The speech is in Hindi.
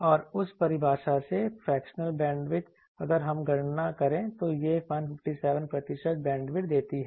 और उस परिभाषा से फ्रेक्शनल बैंडविड्थ अगर हम गणना करें तो यह 157 प्रतिशत बैंडविड्थ देती है